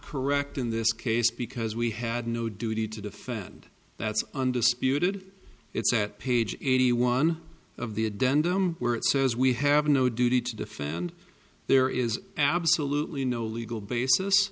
correct in this case because we had no duty to defend that's undisputed it's at page eighty one of the a den dome where it says we have no duty to defend there is absolutely no legal basis